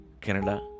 Canada